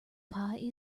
pie